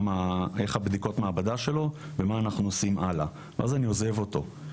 באיך נראות בדיקות המעבדה שלו ובמה עושים הלאה ואז אני עוזב אותו.